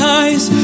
eyes